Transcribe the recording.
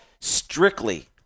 strictly